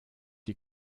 die